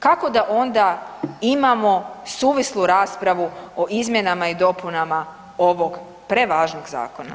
Kako da onda imamo suvislu raspravu o izmjenama i dopunama ovog prevažnog zakona?